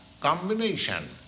combination